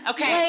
Okay